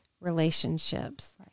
relationships